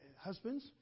husbands